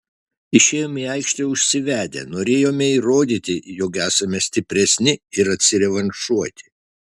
išėjome į aikštę užsivedę norėjome įrodyti jog esame stipresni ir atsirevanšuoti